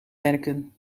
werken